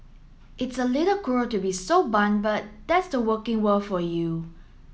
it's a little cruel to be so blunt but that's the working world for you